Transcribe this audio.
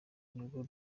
nibwo